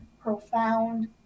profound